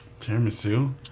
tiramisu